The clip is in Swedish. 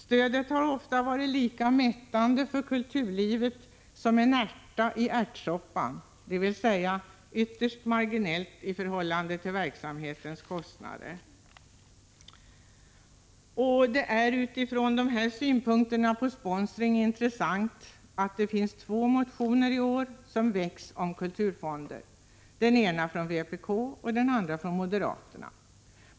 Stödet har ofta varit lika mättande för kulturlivet som en ärta i ärtsoppan, dvs. ytterst marginellt i förhållande till kostnaderna för verksamheten. Det är mot bakgrund av dessa synpunkter på sponsring intressant att två motioner i år har väckts om kulturfonder, den ena av vpk och den andra av moderaterna.